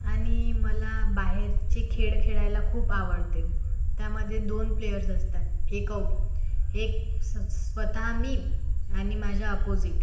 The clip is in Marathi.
आणि मला बाहेरचे खेळ खेळायला खूप आवडते त्यामध्ये दोन प्लेअर्स असतात एक एक स् स्वतः मी आणि माझ्या अपोजिट